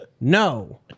No